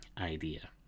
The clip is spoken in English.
idea